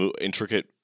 intricate